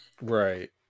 Right